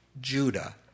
Judah